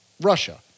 Russia